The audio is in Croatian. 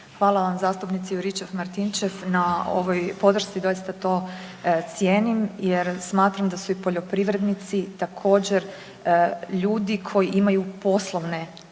Hvala vam zastupnice Juričev-Martinčev na ovoj podršci, doista to cijenim jer smatram da su i poljoprivrednici također ljudi koji imaju poslovne